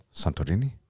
Santorini